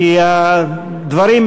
כי הדברים,